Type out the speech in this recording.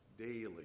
daily